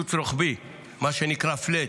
קיצוץ רוחבי, מה שנקרא פלאט,